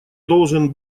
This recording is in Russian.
должен